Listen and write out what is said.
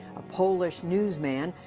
a polish newsman,